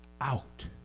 out